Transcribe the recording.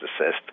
assist